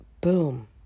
Boom